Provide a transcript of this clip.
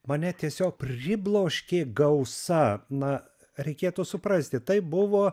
mane tiesiog pribloškė gausa na reikėtų suprasti tai buvo